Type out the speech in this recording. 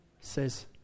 says